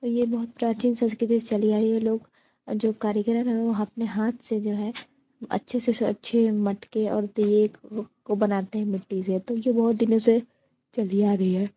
ये बहुत प्राचीन संस्कृति से चली आ रही है लोग जो कारीगर हैं वो अपने हाथ से जो है अच्छे से अच्छे मटके और दिए को बनाते हैं मिट्टी से तो ये बहुत दिनों से चली आ रही है